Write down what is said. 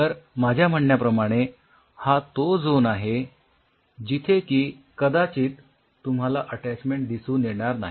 तर माझ्या म्हणण्याप्रमाणे हा तो झोन आहे जिथे की कदाचित तुम्हाला अटॅचमेंट दिसून येणार नाही